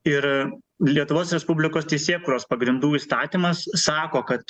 ir lietuvos respublikos teisėkūros pagrindų įstatymas sako kad